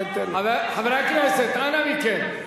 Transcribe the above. חברי הכנסת, אנא מכם.